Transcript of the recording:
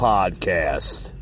Podcast